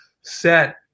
set